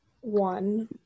one